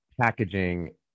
packaging